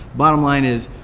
bottom line is,